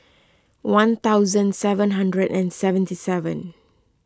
one thousand seven hundred and seventy seven